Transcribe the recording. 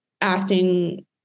acting